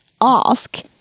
ask